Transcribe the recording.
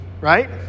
right